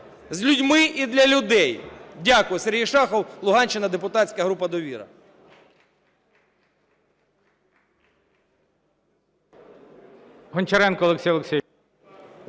з людьми і для людей. Дякую. Сергій Шахов, Луганщина, депутатська група "Довіра".